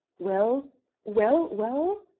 well well well?